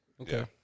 Okay